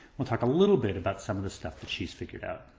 we'll talk a lit tle bit about some of the stuff that she's figured out.